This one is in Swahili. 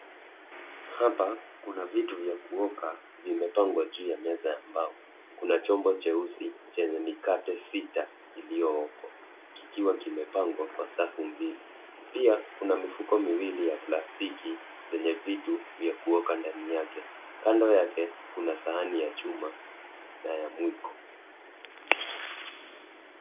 Hapa kuna vitu vya kuoka vimepangwa juu ya meza ya mbao, kuna chombo cheusi chenye mikate sita iliyookwa kikiwa kimepangwa kwa safu mbili, pia kuna mifuko miwili ya plastiki zenye vitu vya kuoka ndani yake, kando yake kuna sahani ya chuma na ya mwiko.